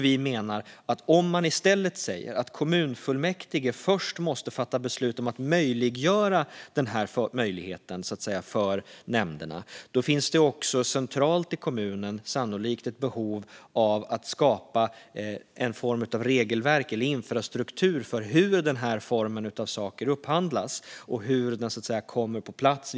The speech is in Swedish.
Vi menar att om man i stället säger att kommunfullmäktige först måste fatta beslut om att möjliggöra detta för nämnderna finns det sannolikt också centralt i kommunen ett behov av att skapa en form av regelverk eller infrastruktur för hur dessa saker upphandlas och hur de kommer på plats.